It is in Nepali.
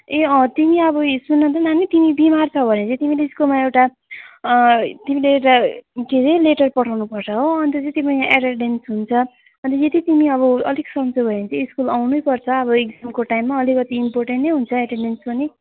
ए अँ तिमी अब सुन त नानी तिमी बिमार छौ भने चाहिँ तिमीले स्कुलमा एउटा तिमीले एउटा के हरे लेटर पठाउनुपर्छ हो अनि त चाहिँ तिम्रो यहाँ एटेन्डेन्स हुन्छ अनि त यदि तिमी अब अलिक सन्चो भयो भने चाहिँ स्कुल आउनैपर्छ अब इक्जामको टाइममा अलिकति इम्पोर्टेन्ट नै हुन्छ एटेन्डेन्स पनि